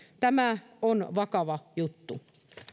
tämä on vakava juttu